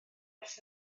ers